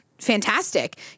fantastic